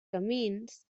camins